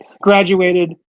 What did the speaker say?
graduated